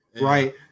right